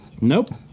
Nope